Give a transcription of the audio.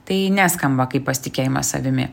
tai neskamba kaip pasitikėjimas savimi